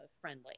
friendly